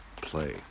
play